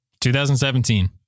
2017